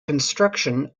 construction